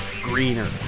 Greener